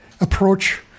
approach